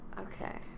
Okay